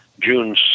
June